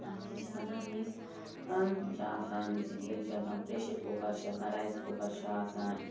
اَتھ کیٛاہ چھِ وَنان مِس چھِ آسان سِٹیٖل چھُ آسان پریٚشَر کُکَر چھُ آسان رایِس کُکَر چھُ آسان